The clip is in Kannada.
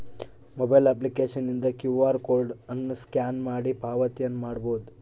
ಮೊಬೈಲ್ ಅಪ್ಲಿಕೇಶನ್ನಿಂದ ಕ್ಯೂ ಆರ್ ಕೋಡ್ ಅನ್ನು ಸ್ಕ್ಯಾನ್ ಮಾಡಿ ಪಾವತಿಯನ್ನ ಮಾಡಬೊದು